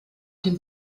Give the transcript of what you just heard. dem